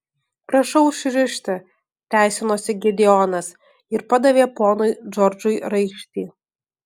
prašau užrišti teisinosi gideonas ir padavė ponui džordžui raištį